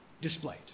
displayed